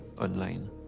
online